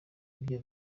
ibyo